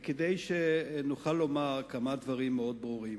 כדי שנוכל לומר כמה דברים מאוד ברורים.